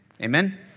Amen